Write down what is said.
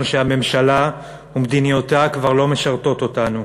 שהממשלה ומדיניותה כבר לא משרתות אותנו.